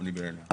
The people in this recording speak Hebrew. אני בהלם.